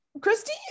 christy